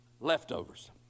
Leftovers